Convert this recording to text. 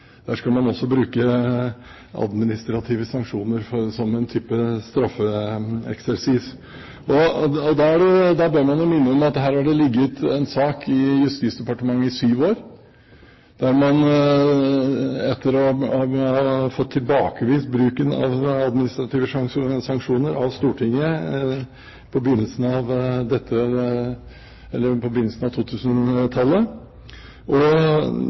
Der skal man også bruke administrative sanksjoner som en type straffeeksersis. Da bør man jo minne om at det har ligget en sak i Justisdepartementet i sju år etter at man fikk tilbakevist bruken av administrative sanksjoner av Stortinget på begynnelsen av 2000-tallet. Det går jo helt ned på